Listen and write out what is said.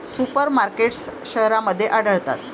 super markets शहरांमध्ये आढळतात